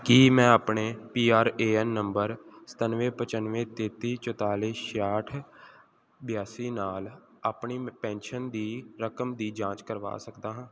ਕੀ ਮੈਂ ਆਪਣੇ P R A N number ਸਤਾਨਵੇਂ ਪਚਾਨਵੇਂ ਤੇਤੀ ਚੁਤਾਲੀ ਛਿਆਹਠ ਬਿਆਸੀ ਨਾਲ ਆਪਣੀ ਪੈਨਸ਼ਨ ਦੀ ਰਕਮ ਦੀ ਜਾਂਚ ਕਰਵਾ ਸਕਦਾ ਹਾਂ